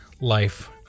life